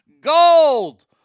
Gold